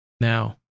Now